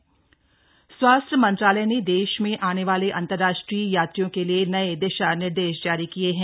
अंतरराष्ट्रीय यात्री स्वास्थ्य मंत्रालय ने देश में आने वाले अंतरराष्ट्रीय यात्रियों के लिए नए दिशा निर्देश जारी किए हैं